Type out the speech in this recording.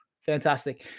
Fantastic